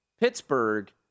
Pittsburgh